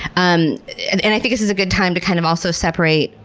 um and and i think this is a good time to kind of also separate.